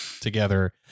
together